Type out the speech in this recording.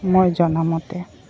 মই জনামতে